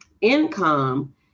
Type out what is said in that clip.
income